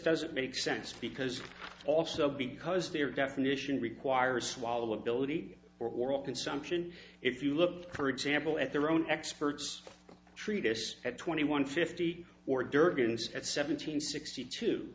doesn't make sense because also because their definition requires swallow ability or consumption if you look for example at their own experts treatise at twenty one fifty or durgan it's at seven hundred sixty two